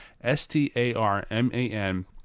S-T-A-R-M-A-N